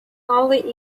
only